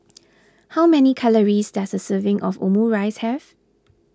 how many calories does a serving of Omurice have